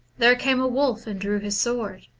there came a wolf and drew his sword,